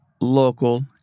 local